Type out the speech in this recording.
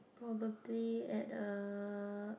probably at a